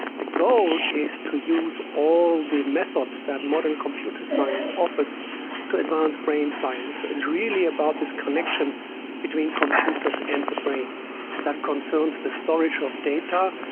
the goal is to use all the methods that modern computer science offers to advanced brain science, it's really about this connection between computers and the brain that concerns the storage of data,